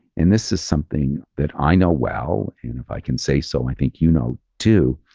and this is something that i know well, and if i can say so, i think you know too,